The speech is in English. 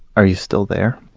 are you still there?